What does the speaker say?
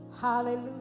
hallelujah